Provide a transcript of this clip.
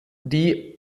die